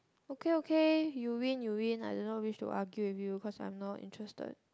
okay okay you win you win I do not wish to argue with you cause I'm not interested